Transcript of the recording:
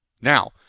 Now